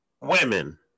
Women